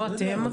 לא אתם,